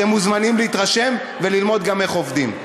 אתם מוזמנים להתרשם וללמוד גם איך עובדים.